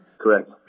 Correct